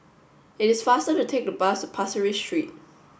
it is faster to take the bus Pasir Ris Street